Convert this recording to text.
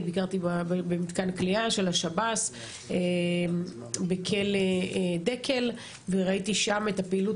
ביקרתי במתקן כליאה של השב"ס בכלא דקל וראיתי שם את הפעילות